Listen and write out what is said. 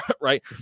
right